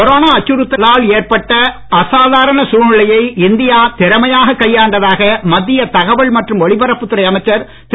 corona அச்சுறுத்தலால் ஏற்பட்ட அசாதாரண சூழ்நிலையை இந்தியா திறமையாகக் கையாண்டதாக மத்திய தகவல் மற்றும் ஒலிபரப்புத் துறை அமைச்சர் திரு